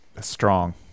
strong